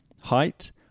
Height